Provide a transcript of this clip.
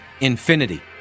infinity